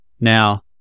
Now